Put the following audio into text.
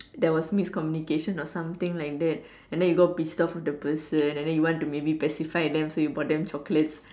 there was miscommunication or something like that and then you got pissed off with the person and then you want to maybe pacify them so you bought them chocolates